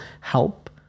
help